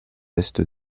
est